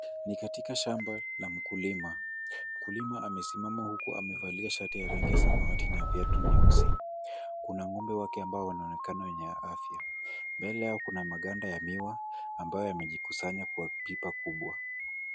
Ni katika shamba la mkulima. Mkulima amesimama huku amevalia shati ya rangi ya samawati na viatu nyeusi. Kuna ng'ombe wake ambao wanaonekana wenye afya, mbele yao kuna maganda ya miwa ambayo yamejikusanya kuwa pipa kubwa.